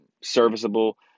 Serviceable